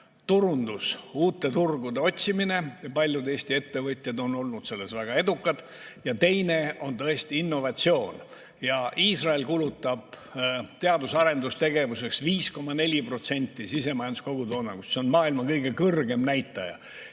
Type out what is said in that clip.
turundus, uute turgude otsimine. Paljud Eesti ettevõtjad on olnud selles väga edukad. Ja teine on tõesti innovatsioon. Iisrael kulutab teadus‑ ja arendustegevuseks 5,4% sisemajanduse kogutoodangust, see on maailma kõige kõrgem näitaja.